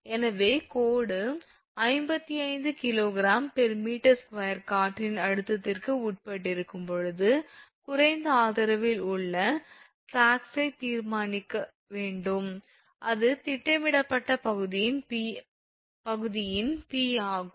எனவே கோடு 55 𝐾𝑔𝑚2 காற்றின் அழுத்தத்திற்கு உட்பட்டிருக்கும் போது குறைந்த ஆதரவில் உள்ள சாக்ஸை தீர்மானிக்க வேண்டும் அது திட்டமிடப்பட்ட பகுதியின் 𝑃 ஆகும்